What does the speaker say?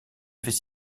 avait